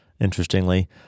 interestingly